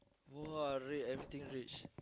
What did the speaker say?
!wah! rich everything rich